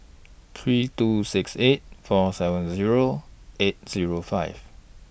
three two six eight four seven Zero eight Zero five